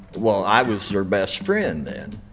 well, i was their best friend then.